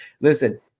listen